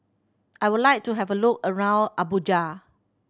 I would like to have a look around Abuja